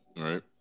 right